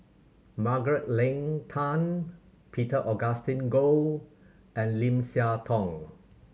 Margaret Leng Tan Peter Augustine Goh and Lim Siah Tong